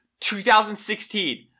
2016